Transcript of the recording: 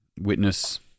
witness